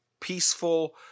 peaceful